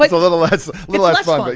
like a little less little less fun, but